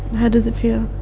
how does it feel?